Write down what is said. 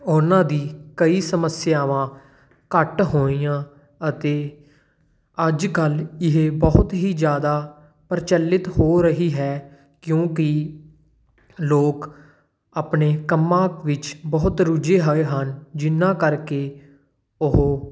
ਉਹਨਾਂ ਦੀ ਕਈ ਸਮੱਸਿਆਵਾਂ ਘੱਟ ਹੋਈਆਂ ਅਤੇ ਅੱਜ ਕੱਲ੍ਹ ਇਹ ਬਹੁਤ ਹੀ ਜ਼ਿਆਦਾ ਪ੍ਰਚੱਲਿਤ ਹੋ ਰਹੀ ਹੈ ਕਿਉਂਕਿ ਲੋਕ ਆਪਣੇ ਕੰਮਾਂ ਵਿੱਚ ਬਹੁਤ ਰੁੱਝੇ ਹੋਏ ਹਨ ਜਿਨ੍ਹਾਂ ਕਰਕੇ ਉਹ